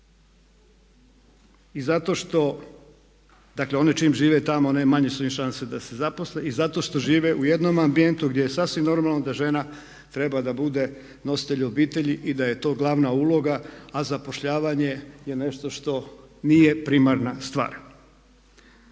i zato što dakle one čim žive tamo manje su im šanse da se zaposle i zato što žive u jednom ambijentu gdje je sasvim normalno da žena treba da bude nositelj obitelji i da je to glavna uloga a zapošljavanje je nešto što nije primarna stvar.